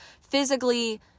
physically